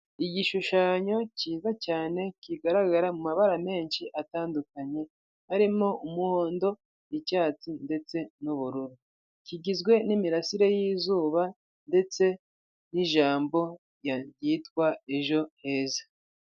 Igishushanyo kiza cyane kigaragara mu mabara menshi atandukanye, harimo umuhondo, icyatsi ndetse n'ubururu, kigizwe n'imirasire y'izuba ndetse n'ijambo ryitwa ejo heza.